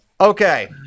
Okay